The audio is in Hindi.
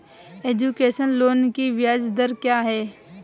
एजुकेशन लोन की ब्याज दर क्या है?